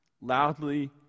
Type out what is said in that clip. loudly